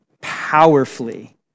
powerfully